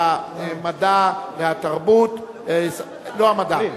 שנספה) עברה בקריאה